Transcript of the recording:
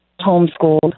Homeschooled